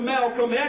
Malcolm